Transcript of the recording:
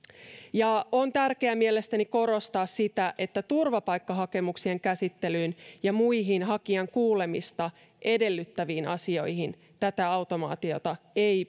ja on tärkeää mielestäni korostaa sitä että turvapaikkahakemuksien käsittelyyn ja muihin hakijan kuulemista edellyttäviin asioihin tätä automaatiota ei